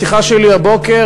משיחה שלי הבוקר,